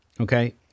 Okay